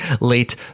late